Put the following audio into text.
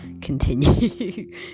continue